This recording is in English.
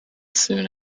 soon